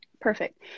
perfect